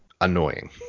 annoying